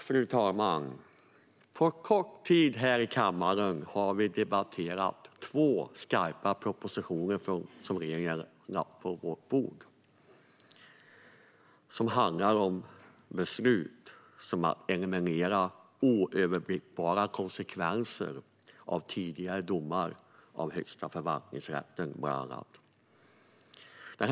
Fru talman! På kort tid har vi här i kammaren debatterat två skarpa propositioner som regeringen har lagt fram och som handlar om beslut som eliminerar oöverblickbara konsekvenser av tidigare domar i bland annat Högsta förvaltningsdomstolen.